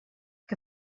que